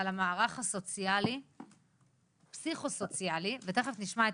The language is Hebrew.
על המערך הפסיכו סוציאלי ותיכף נשמע את